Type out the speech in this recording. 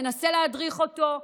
מנסה להדריך אותו,